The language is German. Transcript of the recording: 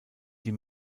die